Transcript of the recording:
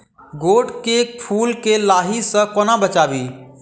गोट केँ फुल केँ लाही सऽ कोना बचाबी?